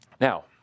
Now